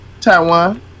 Taiwan